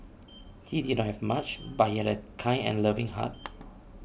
he did not have much but he had a kind and loving heart